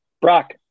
Brock